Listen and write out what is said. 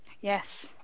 Yes